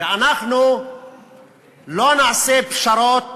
אנחנו לא נעשה פשרות